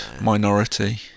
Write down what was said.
minority